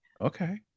Okay